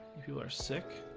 are sick,